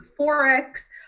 Forex